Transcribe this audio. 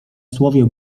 słowie